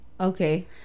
Okay